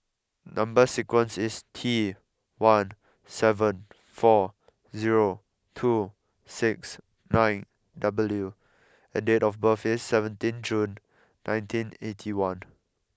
number sequence is T one seven four zero two six nine W and date of birth is seventeen June nineteen eighty one